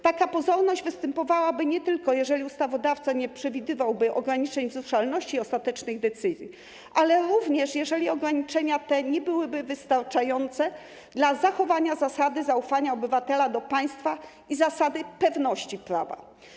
Taka pozorność występowałaby nie tylko, jeżeli ustawodawca nie przewidywałby ograniczeń wzruszalności ostatecznych decyzji, ale również jeżeli ograniczenia te nie byłyby wystarczające dla zachowania zasady zaufania obywatela do państwa i zasady pewności prawa.